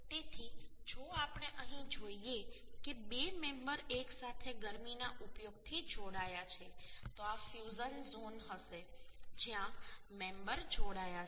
તેથી જો આપણે અહીં જોઈએ કે બે મેમ્બર એકસાથે ગરમીના ઉપયોગથી જોડાયા છે તો આ ફ્યુઝન ઝોન હશે જ્યાં મેમ્બર જોડાયા છે